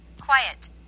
Quiet